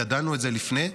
ידענו את זה לפני,